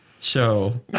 show